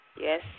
yes